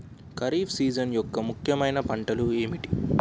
Kharif season యెక్క ముఖ్యమైన పంటలు ఏమిటీ?